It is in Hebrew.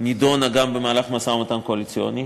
נדונה גם במהלך המשא-ומתן הקואליציוני.